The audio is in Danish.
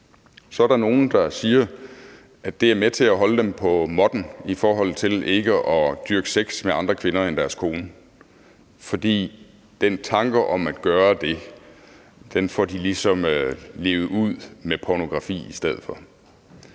er der nogle, der siger, at det er med til at holde dem på måtten i forhold til ikke at dyrke sex med andre kvinder end deres kone, fordi de ligesom får levet den tanke om at gøre det ud med pornografi i stedet for.